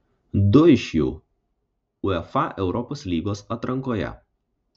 du iš jų uefa europos lygos atrankoje